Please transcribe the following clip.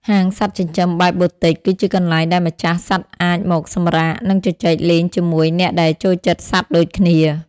ហាងសត្វចិញ្ចឹមបែប Boutique គឺជាកន្លែងដែលម្ចាស់សត្វអាចមកសម្រាក និងជជែកលេងជាមួយអ្នកដែលចូលចិត្តសត្វដូចគ្នា។